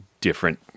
different